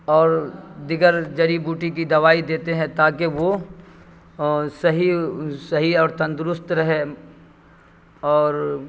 اور دیگر جڑی بوٹی کی دوائی دیتے ہیں تاکہ وہ صحیح صحیح اور تندرست رہے اور